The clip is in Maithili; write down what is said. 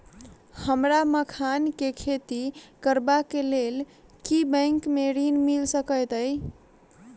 हमरा मखान केँ खेती करबाक केँ लेल की बैंक मै ऋण मिल सकैत अई?